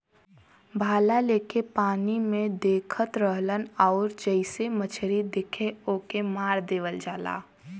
भाला लेके पानी में देखत रहलन आउर जइसे मछरी दिखे ओके मार देवल जाला